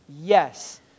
Yes